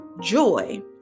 joy